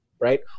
right